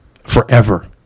Forever